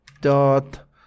dot